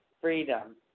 Freedom